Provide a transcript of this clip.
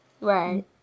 Right